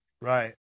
right